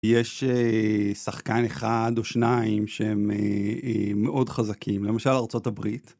יש שחקן אחד או שניים שהם מאוד חזקים, למשל ארה״ב.